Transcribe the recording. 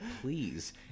please